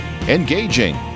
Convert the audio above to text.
engaging